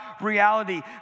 reality